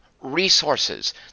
resources